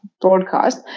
broadcast